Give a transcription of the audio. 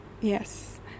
yes